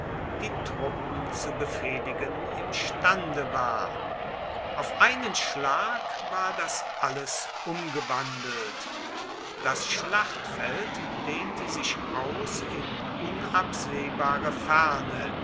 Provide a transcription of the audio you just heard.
die truppen zu befehligen imstande war auf einen schlag war das alles umgewandelt das schlachtfeld dehnte sich aus in unabsehbare ferne